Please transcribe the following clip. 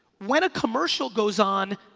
when a commercial goes on,